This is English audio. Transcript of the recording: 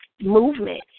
movement